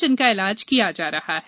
जिनका इलाज किया जा रहा है